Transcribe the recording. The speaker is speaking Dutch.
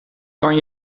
kan